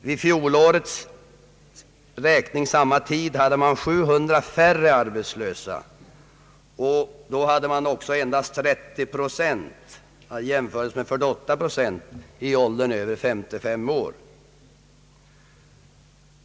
Samma månad i fjol var det 700 färre arbetslösa, och endast 30 procent av de 2500 var över 55 år.